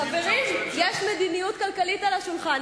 חברים, יש מדיניות כלכלית על השולחן.